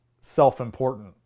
self-important